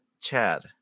Chad